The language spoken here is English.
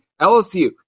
LSU